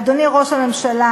אדוני ראש הממשלה,